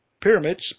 pyramids